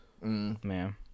Man